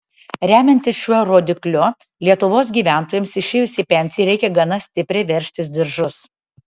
remiantis šiuo rodikliu lietuvos gyventojams išėjus į pensiją reikia gana stipriai veržtis diržus